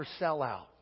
sellout